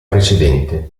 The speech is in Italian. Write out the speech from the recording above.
precedente